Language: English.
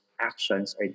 actions